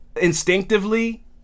instinctively